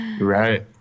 Right